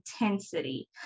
intensity